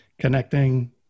connecting